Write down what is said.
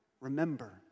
remember